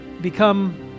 become